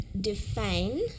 define